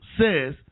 says